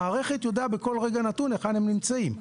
המערכת יודעת בכל רגע נתון היכן הם נמצאים.